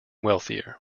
wealthier